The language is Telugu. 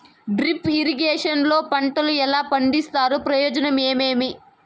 డ్రిప్ ఇరిగేషన్ లో పంటలు ఎలా పండిస్తారు ప్రయోజనం ఏమేమి?